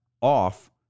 off